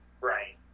right